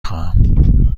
خواهم